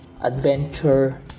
adventure